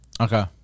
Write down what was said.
Okay